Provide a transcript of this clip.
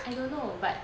I don't know but